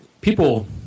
People